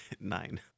Nine